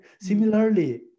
Similarly